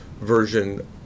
version